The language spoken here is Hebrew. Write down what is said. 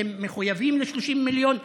אתם מחויבים ל-30 מיליון?